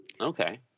Okay